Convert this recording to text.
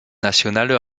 nationale